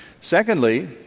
Secondly